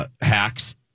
Hacks